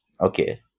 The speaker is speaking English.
Okay